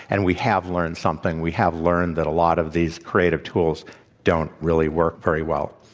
and we have learned something we have learned that a lot of these creative tools don't really work very well.